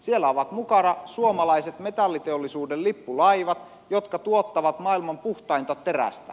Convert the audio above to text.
siellä ovat mukana suomalaiset metalliteollisuuden lippulaivat jotka tuottavat maailman puhtainta terästä